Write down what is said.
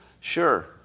Sure